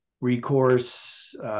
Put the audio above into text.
recourse